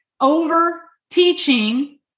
Over-teaching